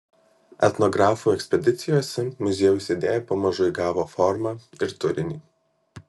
etnografų ekspedicijose muziejaus idėja pamažu įgavo formą ir turinį